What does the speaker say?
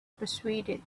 persuaded